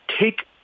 take